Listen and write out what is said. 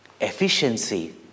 efficiency